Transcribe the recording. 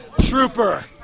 Trooper